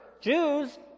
Jews